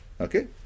Okay